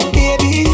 Baby